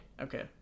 okay